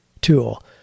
tool